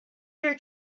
your